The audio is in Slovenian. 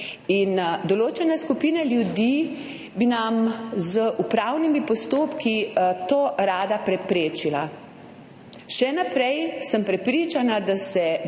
Določene skupine ljudi bi nam z upravnimi postopki to rade preprečile. Še naprej sem prepričana, da se